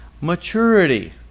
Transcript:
maturity